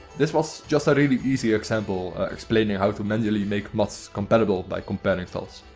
this was just a really easy example explaining how to manually make mods compatible by comparing files.